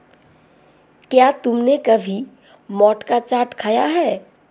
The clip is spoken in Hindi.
क्या तुमने कभी मोठ का चाट खाया है?